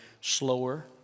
slower